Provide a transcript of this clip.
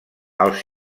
els